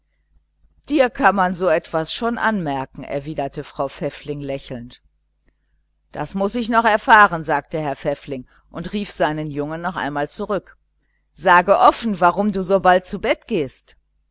dir kann man so etwas schon anmerken erwiderte frau pfäffling lächelnd das muß ich noch erfahren sagte herr pfäffling lebhaft und rief seinen jungen noch einmal zurück sage offen warum du so bald zu bett gehst